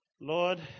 Lord